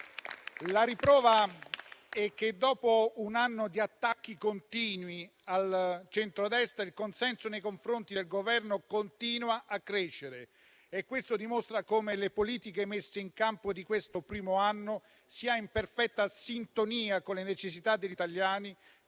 La riprova di ciò è che dopo un anno di attacchi continui al centrodestra, il consenso nei confronti del Governo continua a crescere e questo dimostra come le politiche messe in campo in questo primo anno siano in perfetta sintonia con le necessità degli